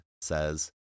says